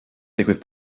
digwydd